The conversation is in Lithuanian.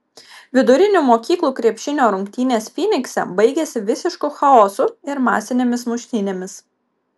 vidurinių mokyklų krepšinio rungtynės fynikse baigėsi visišku chaosu ir masinėmis muštynėmis